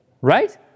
Right